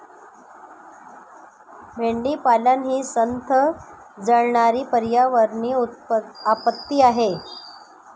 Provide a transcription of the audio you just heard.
मेंढीपालन ही संथ जळणारी पर्यावरणीय आपत्ती आहे